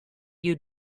you